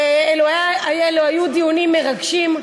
ואלו היו דיונים מרגשים,